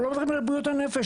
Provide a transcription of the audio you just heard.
אנחנו לא מדברים על בריאות הנפש.